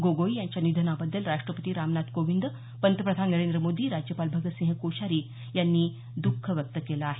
गोगोई यांच्या निधनाबद्दल राष्ट्रपती रामनाथ कोविंद पंतप्रधान नरेंद्र मोदी राज्यपाल भगतसिंह कोश्यारी यांनी दख व्यक्त केलं आहे